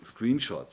Screenshots